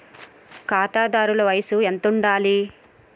ఖాతాదారుల వయసు ఎంతుండాలి?